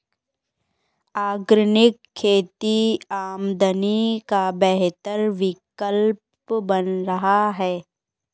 organic खेती आमदनी का बेहतर विकल्प बन रहा है